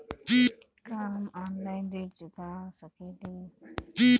का हम ऑनलाइन ऋण चुका सके ली?